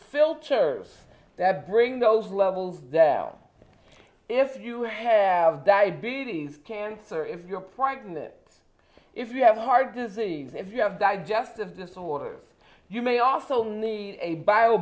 still ters that bring those levels if you have diabetes cancer if you're pregnant if you have heart disease if you have digestive disorders you may also need a bio